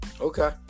okay